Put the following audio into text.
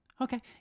Okay